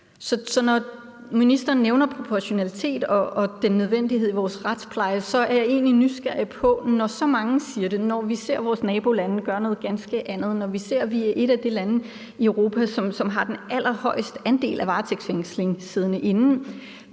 Når ministeren nævner proportionalitet og nødvendighed i vores retspleje, er jeg egentlig nysgerrig på, at når så mange siger det og vi ser, at vores nabolande gør noget ganske andet, og når vi ser, at vi er et af de lande i Europa, som har den allerhøjeste andel af varetægtsfængslede siddende inde,